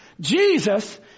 Jesus